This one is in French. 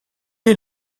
est